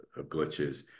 glitches